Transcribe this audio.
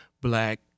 black